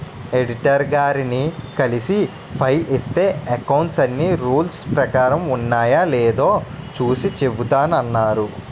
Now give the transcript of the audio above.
auditor గారిని కలిసి file ఇస్తే అకౌంట్స్ అన్నీ రూల్స్ ప్రకారం ఉన్నాయో లేదో చూసి చెబుతామన్నారు